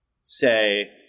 say